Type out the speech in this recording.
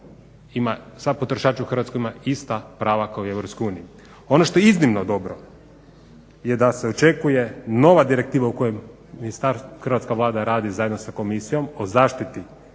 za potrošače u Hrvatskoj ima ista prava kao i Europska unija. Ono što je iznimno dobro je da se očekuje nova direktiva u kojoj hrvatska Vlada radi zajedno sa komisijom o potrošačkim